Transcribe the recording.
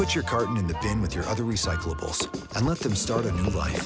put your card in the bin with your other recyclables and let them start a new life